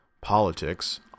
Politics